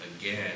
again